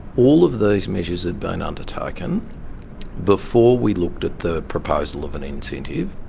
all of these measures had been undertaken before we looked at the proposal of an incentive.